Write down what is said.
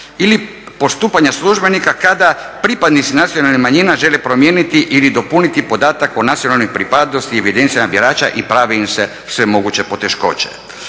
ili postupanja službenika kada pripadnici nacionalnih manjina žele promijeniti ili dopuniti podatak o nacionalnoj pripadnosti u evidenciji birača i prave im se sve moguće poteškoće.